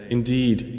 Indeed